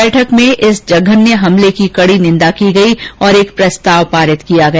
बैठक में इस जघन्य हमले की कड़ी निन्दा की गई और एक प्रस्ताव पारित किया गया